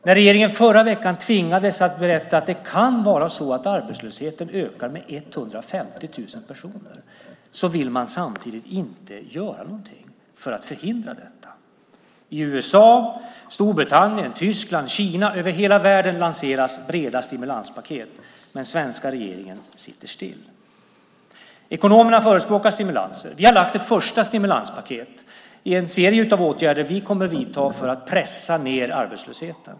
När regeringen förra veckan tvingades berätta att det kan vara så att arbetslösheten ökar med 150 000 personer vill man samtidigt inte göra någonting för att förhindra detta. I USA, Storbritannien, Tyskland, Kina, ja, över hela världen lanseras breda stimulanspaket, men den svenska regeringen sitter still. Ekonomerna förespråkar stimulans. Vi har lagt ett första stimulanspaket med en serie av åtgärder som vi kommer att vidta för att pressa ned arbetslösheten.